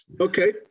Okay